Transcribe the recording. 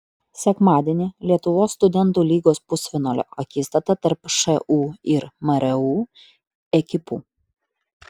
sekmadienį lietuvos studentų lygos pusfinalio akistata tarp šu ir mru ekipų